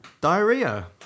diarrhea